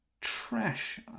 trash